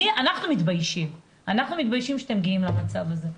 אנחנו מתביישים שאתם מגיעים למצב הזה.